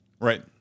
Right